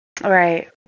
Right